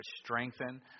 strengthen